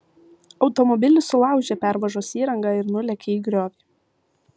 automobilis sulaužė pervažos įrangą ir nulėkė į griovį